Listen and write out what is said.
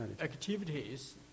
activities